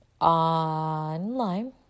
online